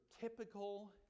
typical